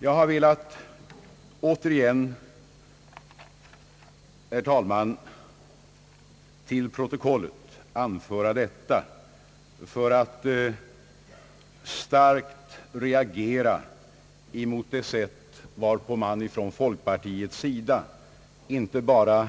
Jag har velat anföra detta till protokollet för att starkt reagera mot det sätt, varpå man från folkpartiets sida inte bara